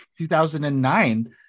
2009